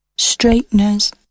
straighteners